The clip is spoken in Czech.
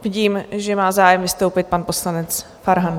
Vidím, že má zájem vystoupit pan poslanec Farhan.